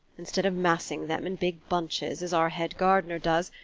instead of massing them in big bunches as our head-gardener does,